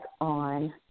on